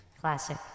Classic